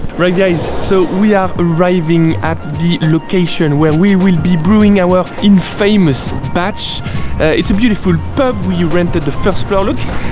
right guys, so we are arriving at the location where we will be brewing our in famous batch it's a beautiful pub where you rented the first floor. look,